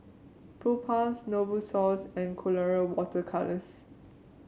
Propass Novosource and Colora Water Colours